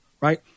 right